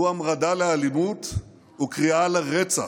והוא המרדה לאלימות וקריאה לרצח.